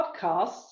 podcasts